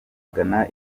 ghana